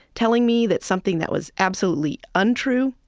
telling me that something that was absolutely untrue,